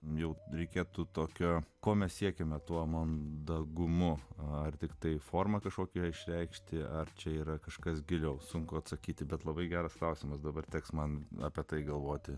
jau reikėtų tokio ko mes siekiame tuo mandagumu ar tiktai forma kažkokie išreikšti ar čia yra kažkas giliau sunku atsakyti bet labai geras klausimas dabar teks man apie tai galvoti